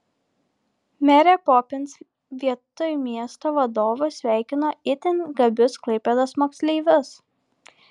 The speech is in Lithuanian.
merė popins vietoj miesto vadovo sveikino itin gabius klaipėdos moksleivius